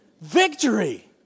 victory